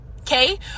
Okay